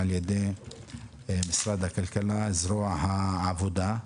על ידי משרד הכלכלה זרוע העבודה.